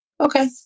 Okay